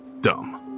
dumb